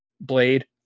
blade